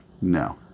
No